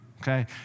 okay